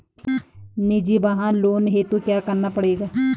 निजी वाहन लोन हेतु क्या करना पड़ेगा?